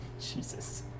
Jesus